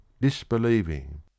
disbelieving